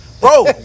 Bro